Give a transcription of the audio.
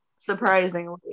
Surprisingly